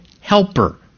helper